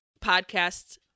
podcasts